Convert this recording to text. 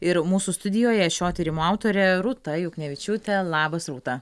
ir mūsų studijoje šio tyrimo autorė rūta juknevičiūtė labas rūta